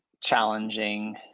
challenging